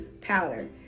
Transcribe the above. powder